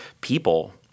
people